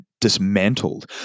dismantled